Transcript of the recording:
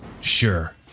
sure